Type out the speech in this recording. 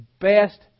best